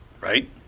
right